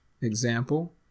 Example